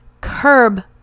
curb